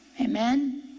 Amen